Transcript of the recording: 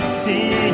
see